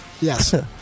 Yes